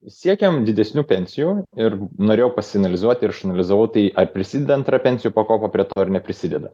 siekiam didesnių pensijų ir norėjau pasianalizuoti ir išanalizavau tai ar prisideda antra pensijų pakopa prie to ar neprisideda